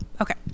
Okay